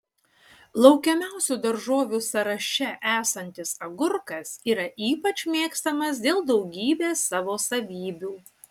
laukiamiausių daržovių sąraše esantis agurkas yra ypač mėgstamas dėl daugybės savo savybių